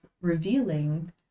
revealing